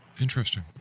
Interesting